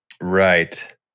Right